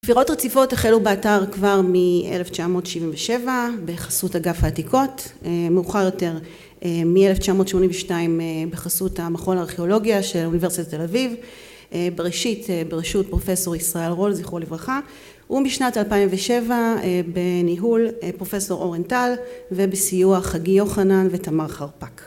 חפירות רציפות החלו באתר כבר מ-1977, בחסות אגף העתיקות, מאוחר יותר מ-1982, בחסות המכון לארכיאולוגיה של אוניברסיטת תל אביב, בראשית ברשות פרופסור ישראל רול, זכרו לברכה, ומשנת 2007 בניהול פרופסור אורן טל, ובסיוע חגי יוחנן ותמר חרפק.